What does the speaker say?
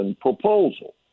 proposal